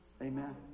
Amen